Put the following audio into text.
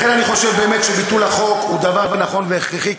לכן אני חושב באמת שביטול החוק הוא דבר נכון והכרחי,